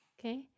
Okay